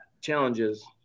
challenges